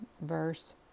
verse